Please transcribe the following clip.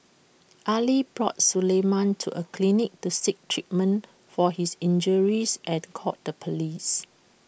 Ali brought Suleiman to A clinic to seek treatment for his injuries and called the Police